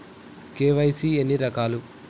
KYC ఎన్ని రకాలు?